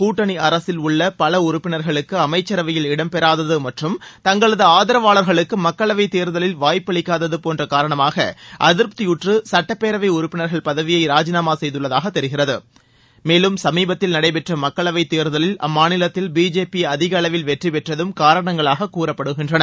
கூட்டணி அரசில் உள்ள பல உறுப்பினர்களுக்கு அமைச்சரவையில் இடம்பெறாதது மற்றும் தங்களது ஆதரவாளர்களுக்கு மக்களவை தேர்தலில் வாய்ப்பு அளிக்காததின் காரணமாக அதிருப்தியுற்று சட்டப்பேரவை உறுப்பினர்கள் பதவியை ராஜினாமா செய்துள்ளது தெரிகிறது மேலும் சமீபத்தில் நடைபெற்ற மக்களவை தேர்தலில் அம்மாநிலத்தில் பிஜேபி அதிகளவில் வெற்றிபெற்றதும் காரணங்களாக கூறப்படுகின்றன